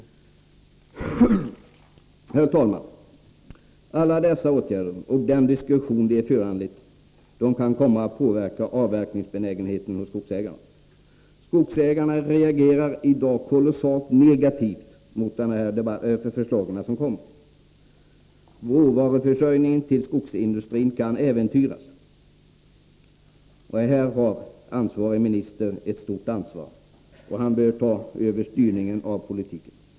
Herr talman! Alla dessa åtgärder och den diskussion de har föranlett kan komma att påverka avverkningsbenägenheten hos skogsägarna. Skogägarna reagerar i dag kolossalt negativt inför förslagen som kommer. Råvaruförsörjningen till skogsindustrin kan äventyras. Här har den ansvarige ministern ett stort ansvar, och han bör ta över styrningen av politiken.